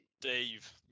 Dave